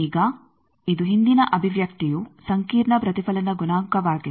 ಈಗ ಇದು ಹಿಂದಿನ ಅಭಿವ್ಯಕ್ತಿಯು ಸಂಕೀರ್ಣ ಪ್ರತಿಫಲನದ ಗುಣಾಂಕವಾಗಿತ್ತು